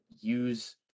use